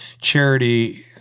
charity